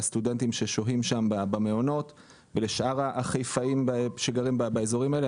לסטודנטים ששוהים שם במעונות ולשאר החיפאים שגרים באזורים האלה.